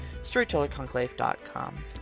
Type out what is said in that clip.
StorytellerConclave.com